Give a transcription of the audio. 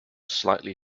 slightly